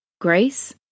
grace